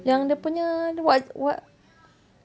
yang dia punya wak wak